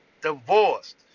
divorced